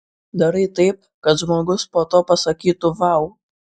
darai taip kad žmogus po to pasakytų vau